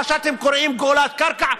מה שאתם קוראים גאולת קרקע,